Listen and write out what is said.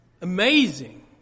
Amazing